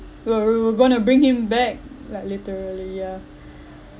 we were we're going to bring him back like literally yeah